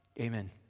Amen